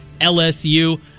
LSU